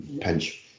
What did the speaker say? pinch